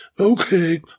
Okay